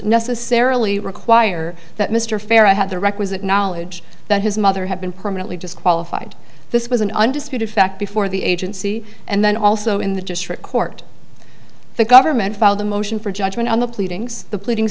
necessarily require that mr farah have the requisite knowledge that his mother had been permanently disqualified this was an undisputed fact before the agency and then also in the district court the government filed a motion for judgment on the pleadings the pleadings i